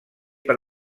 per